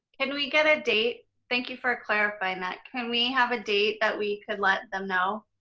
can we get a date? thank you for clarifying that. can we have a date that we could let them know?